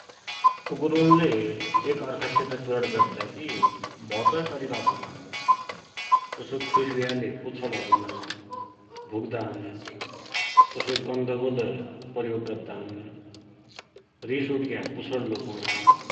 कुकुरुन्ले एक अर्खासित कुराड़ी गद्दाकी भौतै तरिका आपनुनान, जसो खुसि भयाले पुछौड हल्लुनान, भुक्दान, तसो गन्धकोलै प्रयोग गद्दान, रिष उठिग्या पुछौड लुकुनान ।